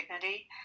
dignity